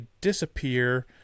disappear